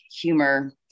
humor